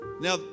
Now